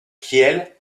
kiel